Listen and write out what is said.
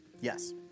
Yes